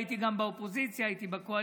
הייתי גם באופוזיציה, הייתי בקואליציה.